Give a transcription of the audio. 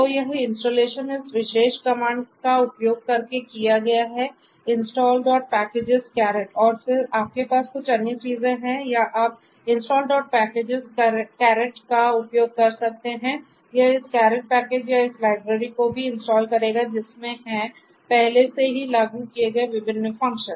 तो यह इंस्टॉलेशन इस विशेष कमांड का उपयोग करके किया गया है installpackages caret और फिर आपके पास कुछ अन्य चीजें हैं या आप installpackages